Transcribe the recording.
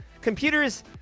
computers